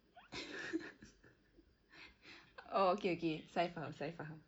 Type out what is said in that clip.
oh okay okay saya faham saya faham